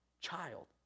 child